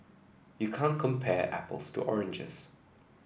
you can't compare apples to oranges